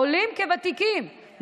עולים כוותיקים,